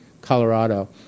Colorado